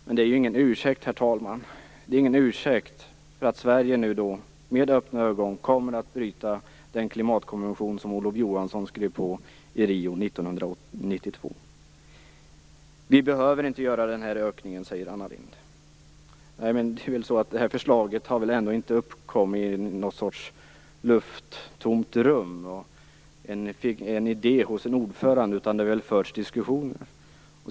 Men det är ju ingen ursäkt, herr talman, för att Sverige nu med öppna ögon kommer att bryta den klimatkonvention som Olof Johansson skrev under i Rio Vi behöver inte göra den här ökningen, säger Anna Lindh. Men det här förslaget har väl inte uppkommit i något lufttomt rum som en idé hos en ordförande? Det har väl förts diskussioner?